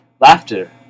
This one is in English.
Laughter